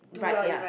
like ya